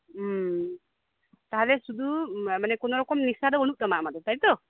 ᱛᱟᱦᱚᱞ ᱥᱩᱫᱷᱩ ᱠᱚᱱᱚᱨᱚᱠᱚᱢ ᱱᱮᱥᱟᱫᱚ ᱵᱟᱹᱱᱩᱜ ᱛᱟᱢᱟ ᱟᱢᱟᱜ ᱫᱚ ᱛᱟᱭᱛᱚ